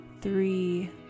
three